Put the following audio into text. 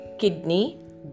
kidney